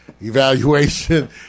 evaluation